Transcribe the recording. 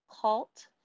cult